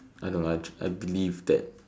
I don't know I I just believe that